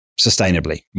sustainably